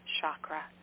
chakra